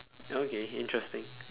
okay interesting